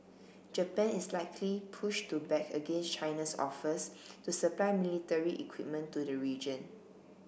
Japan is likely push to back against China's offers to supply military equipment to the region